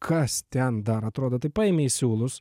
kas ten dar atrodo tai paėmei siūlus